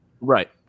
Right